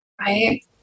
right